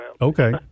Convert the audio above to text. okay